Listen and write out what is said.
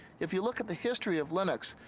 if you look at the history of linux,